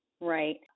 Right